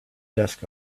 desk